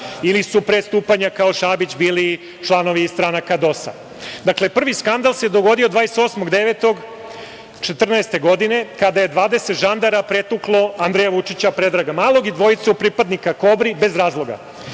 ili su pre stupanja kao Šabić bili članovi stranaka DOS-a. Dakle, prvi skandal se dogodio 28. septembra 2014. godine kada je 20 žandara pretuklo Andreja Vučića, Predraga Malog i dvojicu pripadnika Kobri bez razloga,